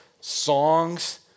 songs